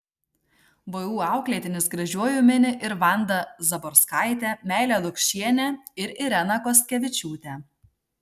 vu auklėtinis gražiuoju mini ir vandą zaborskaitę meilę lukšienę ir ireną kostkevičiūtę